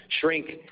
shrink